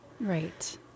Right